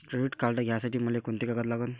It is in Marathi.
क्रेडिट कार्ड घ्यासाठी मले कोंते कागद लागन?